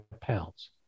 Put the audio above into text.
pounds